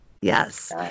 Yes